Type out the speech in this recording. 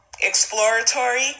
exploratory